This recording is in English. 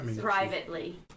Privately